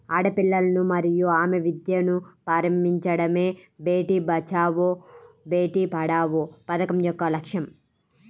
ఆడపిల్లలను మరియు ఆమె విద్యను ప్రారంభించడమే బేటీ బచావో బేటి పడావో పథకం యొక్క లక్ష్యం